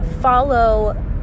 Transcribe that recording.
follow